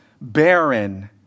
barren